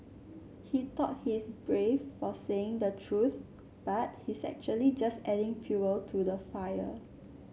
he thought he's brave for saying the truth but he's actually just adding fuel to the fire